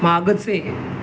मागचे